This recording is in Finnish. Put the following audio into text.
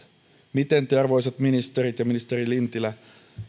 miten te arvoisat ministerit ja ministeri lintilä